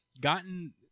gotten